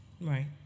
Right